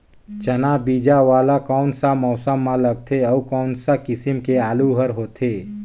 चाना बीजा वाला कोन सा मौसम म लगथे अउ कोन सा किसम के आलू हर होथे?